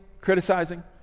criticizing